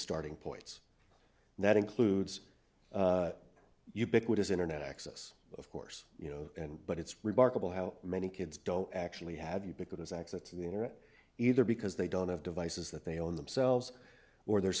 starting points that includes ubiquitous internet access of course you know but it's remarkable how many kids don't actually have ubiquitous access to the right either because they don't have devices that they own themselves or their